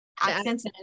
accents